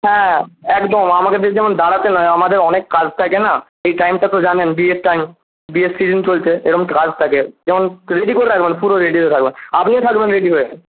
হ্যাঁ একদম আমাকে যেমন যেন দাঁড়াতে না হয় আমাদের অনেক কাজ থাকে না এই টাইমটা তো জানেন বিয়ের টাইম বিয়ের সিজন চলছে এরকম কাজ থাকে যেমন রেডি করে রাখবেন পুরো রেডি হয়ে থাকবেন আপনিও থাকবেন রেডি হয়ে